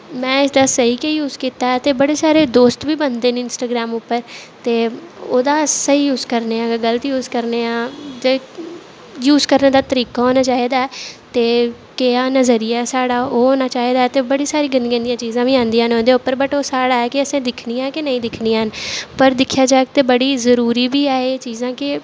में इसदा स्हेई गै यूज़ कीता ऐ ते बड़े सारे दोस्त बी बनदे न इंस्टाग्राम उप्पर ते ओह्दा स्हेई यूज करने आं जां गलत यूज करने आं जे यूज करने दा तरीका होना चाहिदा ऐ ते कनेहा नजरिया ऐ साढ़ा ओह् होना चाहिदा ते बड़ी सारी गंदी गंदी चीजां बी आंदियां ओह्दे उप्पर बट ओह् साढ़ा ऐ कि असें दिक्खनियां ऐ कि नेईं दिक्खनियां हैन पर दिक्खेआ जाह्ग बड़ी जरूरी बी ऐ एह् चीजां के